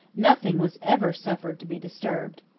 nothing was ever suffered to be disturbed.